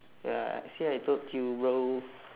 ya see I told you bro